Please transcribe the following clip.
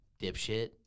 dipshit